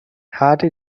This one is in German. hardy